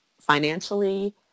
financially